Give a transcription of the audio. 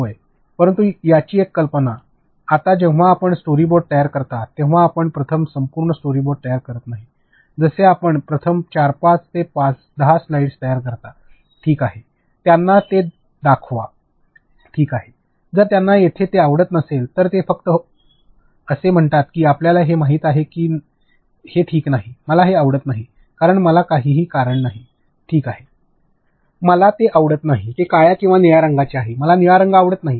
होय परंतु याची एक कल्पना आता जेव्हा आपण स्टोरीबोर्ड तयार करता तेव्हा आपण प्रथम संपूर्ण स्टोअरबोर्ड तयार करत नाही जसे आपण प्रथम पाच ते दहा स्लाइड्स तयार करता ठीक आहे आणि ते त्यांना दाखवा ठीक आहे जर त्यांना तेथे हे आवडत नसेल तर ते फक्त असे म्हणतात की आपल्याला हे माहित नाही की हे ठीक नाही मला हे आवडत नाही कारण मला काही कारण नाही ठीक आहे मला हे आवडत नाही ते काळ्या किंवा निळ्या रंगाचे आहे मला निळा आवडत नाही